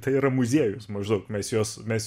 tai yra muziejus maždaug mes juos mes